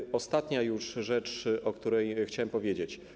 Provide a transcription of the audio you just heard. I ostatnia już rzecz, o której chciałem powiedzieć.